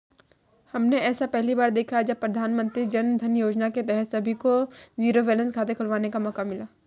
हमने ऐसा पहली बार देखा है जब प्रधानमन्त्री जनधन योजना के तहत सभी को जीरो बैलेंस खाते खुलवाने का मौका मिला